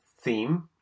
theme